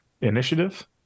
initiative